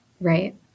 Right